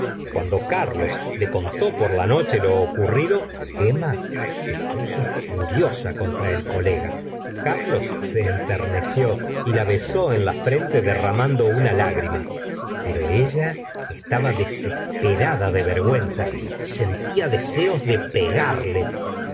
cuando carlos le contó por la noche lo ocurrido emma se puso furiosa contra el colega carlos se enterneció y la besó en la frente derramando una lágrima pero ella estaba desesperada de vergüenza y sentía deseos de pegarle